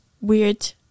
weird